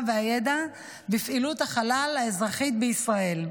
והידע בפעילות החלל האזרחית בישראל.